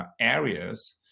areas